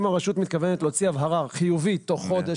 אם הרשות מתכוונת להוציא הבהרה חיובית תוך חודש